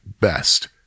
best